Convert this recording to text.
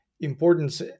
importance